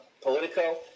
Politico